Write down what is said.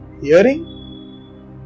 Hearing